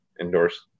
endorsed